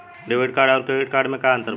Debit card आउर credit card मे का अंतर बा?